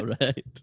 right